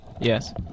Yes